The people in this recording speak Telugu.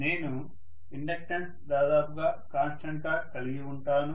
నేను ఇండక్టెన్స్ దాదాపుగా కాన్స్టెంట్ గా కలిగి ఉంటాను